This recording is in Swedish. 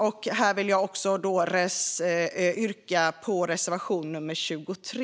Jag yrkar bifall till reservation 23.